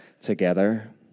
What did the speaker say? together